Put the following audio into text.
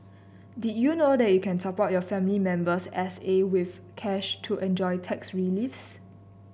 did you know that you can top up your family member's S A with cash to enjoy tax reliefs